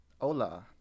Hola